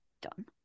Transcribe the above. done